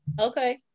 Okay